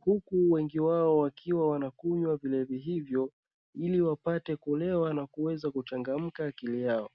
huku wengi wao wakiwa wanakunywa vilevi hivyo ili wapate kulewa na kuweza kuchangamsha akili yao.